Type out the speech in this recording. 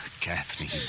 Kathleen